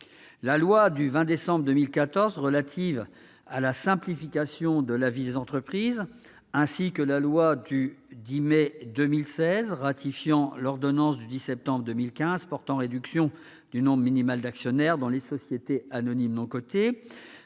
La loi du 20 décembre 2014 relative à la simplification de la vie des entreprises et la loi du 10 mai 2016 ratifiant l'ordonnance du 10 septembre 2015 portant réduction du nombre minimal d'actionnaires dans les sociétés anonymes non cotées